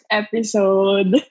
episode